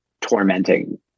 tormenting